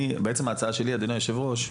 בעצם ההצעה שלי, אדוני היושב-ראש,